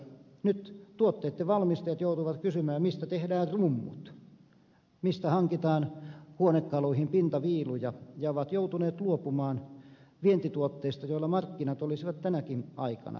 nyt tuotteitten valmistajat joutuvat kysymään mistä tehdään rummut mistä hankitaan huonekaluihin pintaviiluja ja valmistajat ovat joutuneet luopumaan vientituotteista joilla markkinoita olisi tänäkin aikana